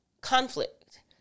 conflict